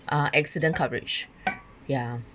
uh accident coverage ya